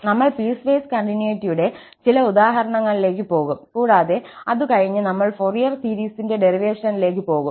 നമ്മൾ പീസ്വേസ് കണ്ടിന്യൂയിറ്റിയുടെ ചില ഉദാഹരണങ്ങളിലേക്ക് പോകും കൂടാതെ അതുകഴിഞ്ഞ് നമ്മൾ ഫോറിയർ സീരീസിന്റെ ഡെറിവേഷനിലേക്ക് പോകും